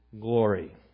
glory